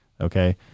Okay